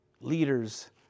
leaders